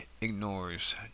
ignores